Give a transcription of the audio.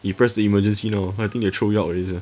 you press the emergency now I think they throw you out already sia